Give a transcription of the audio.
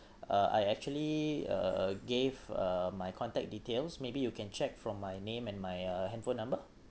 uh I actually uh gave uh my contact details maybe you can check from my name and my uh handphone number